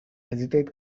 hesitate